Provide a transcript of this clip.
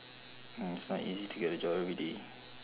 and it's not easy to get a job everyday